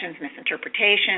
misinterpretations